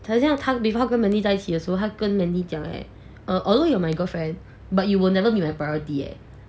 好像 before 他跟 mandy 在一起的时后他跟 mandy 讲 eh although you're my girlfriend but you will never be my priority eh